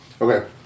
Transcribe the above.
Okay